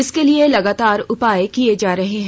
इसके लिए लगातार उपाय किये जा रहे हैं